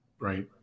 right